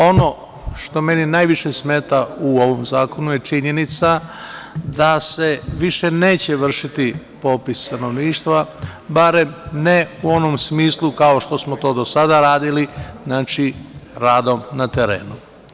Ono što meni najviše smeta u ovom zakonu je činjenica da se više neće vršiti popis stanovništva, barem ne u onom smislu kao što smo to do sada radili, radom na terenu.